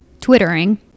Twittering